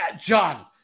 John